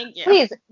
Please